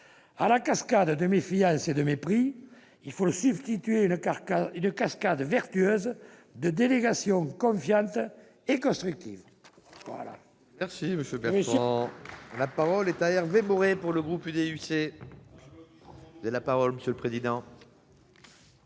À la cascade de méfiance et de mépris, il faut substituer une cascade vertueuse de délégations confiantes et constructives.